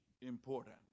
important